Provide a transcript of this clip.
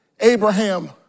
Abraham